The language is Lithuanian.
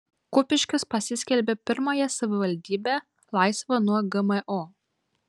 kupiškis pasiskelbė pirmąją savivaldybe laisva nuo gmo